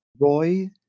Roy